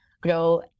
grow